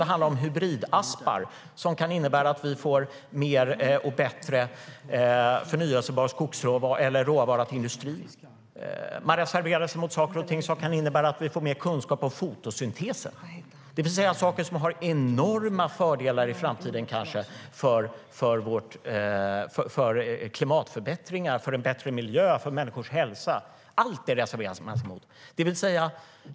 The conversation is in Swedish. Det kan handla om hybridaspar som kan innebära att vi får mer och bättre råvara till industrin. De reserverar sig mot saker och ting som kan innebära att vi får mer kunskap om fotosyntesen. Det är saker som kanske har enorma fördelar i framtiden för klimatförbättringar, en bättre miljö och människors hälsa. Allt det reserverar de sig mot.